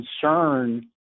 concern